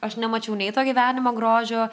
aš nemačiau nei to gyvenimo grožio